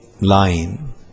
line